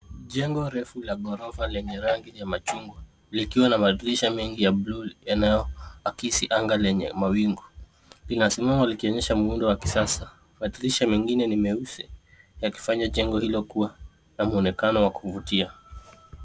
Jengo refu la ghorofa lenye rangi ya machungwa, likiwa na madirisha mengi ya blue yanaoakisi anga lenye mawingu. Linasimama likionyesha muundo wa kisasa. Madirisha mengine ni meusi, yakifanya jengo lililo kua na mwonekano wa kuvutia.